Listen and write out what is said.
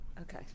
okay